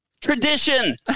Tradition